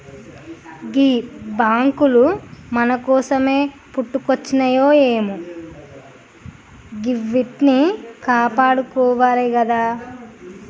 గీ బాంకులు మన కోసమే పుట్టుకొచ్జినయాయె గివ్విట్నీ కాపాడుకోవాలె గదా